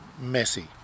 messy